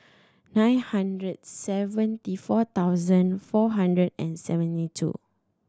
nine hundred seventy four thousand four hundred and seventy two